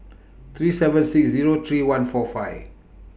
three seven six Zero three one four five